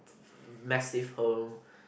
massive home